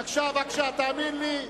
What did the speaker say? בבקשה, בבקשה,